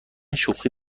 شوخی